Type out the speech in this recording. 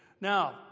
Now